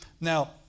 Now